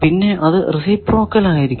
പിന്നെ അത് റേസിപ്രോക്കൽ ആയിരിക്കണം